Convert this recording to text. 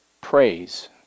praise